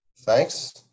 Thanks